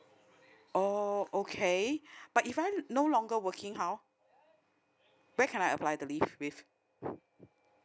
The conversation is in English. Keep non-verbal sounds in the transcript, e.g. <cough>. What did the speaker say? oh okay <breath> but if I no longer working how where can I apply the leave with